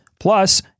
Plus